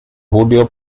julio